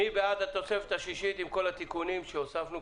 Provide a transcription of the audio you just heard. מי בעד התוספת השישית עם כל התיקונים שהוספנו,